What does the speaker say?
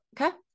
Okay